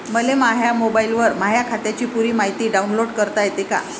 मले माह्या मोबाईलवर माह्या खात्याची पुरी मायती डाऊनलोड करता येते का?